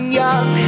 young